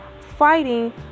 fighting